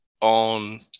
on